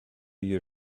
your